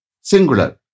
singular